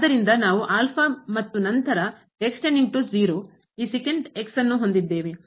ಆದ್ದರಿಂದ ನಾವು ಮತ್ತು ನಂತರ ಈ ಅನ್ನು ಹೊಂದಿದ್ದೇವೆ